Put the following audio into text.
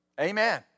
Amen